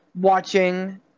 watching